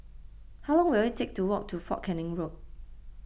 how long will it take to walk to fort Canning Road